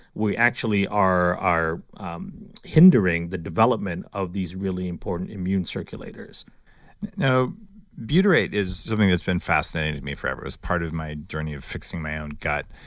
we actually are are hindering the development of these really important immune circulators you know butyrate is something that's been fascinating to me forever as part of my journey of fixing my own gut.